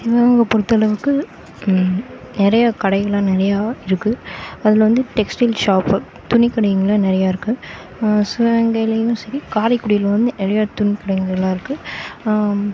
சிவகங்கை பொருத்த அளவுக்கு நிறையா கடைகள்லாம் நிறையா இருக்கு அதில் வந்து டெக்ஸ்ட்டைல் ஷாப்பு துணி கடைங்கள்லாம் நிறையா இருக்கு சிவகங்கைலேயும் சரி காரைக்குடியிலும் வந்து நிறையா துணிக் கடைங்கள்லாம் இருக்கு